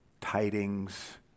tidings